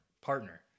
Partner